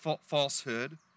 falsehood